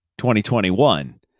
2021